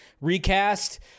recast